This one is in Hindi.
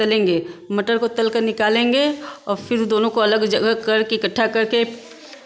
तलेंगे मटर को तलकर निकालेंगे और फिर दोनों को अलग जगह करके इकट्ठा करके